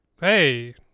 Hey